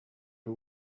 who